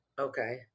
Okay